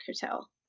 hotel